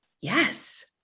yes